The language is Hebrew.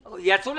גורפים.